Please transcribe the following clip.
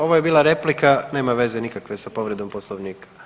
Ovo je bila replika nema veze nikakve sa povredom Poslovnika.